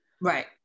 right